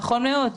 נכון מאוד.